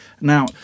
Now